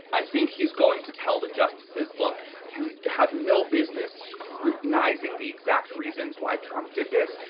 i think he's going to tell the justices look you have no business scrutinizing the exact reasons why trump did this.